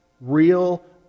Real